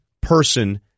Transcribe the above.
person